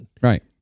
Right